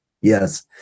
Yes